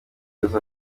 uza